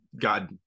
God